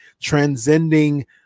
transcending